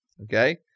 Okay